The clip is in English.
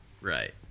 Right